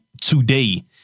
today